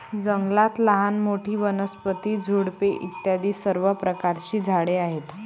जंगलात लहान मोठी, वनस्पती, झुडपे इत्यादी सर्व प्रकारची झाडे आहेत